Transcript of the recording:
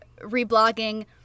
reblogging